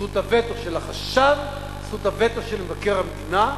זכות הווטו של החשב, זכות הווטו של מבקר המדינה,